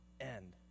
end